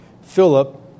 Philip